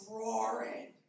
roaring